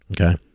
Okay